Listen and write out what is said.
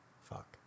fuck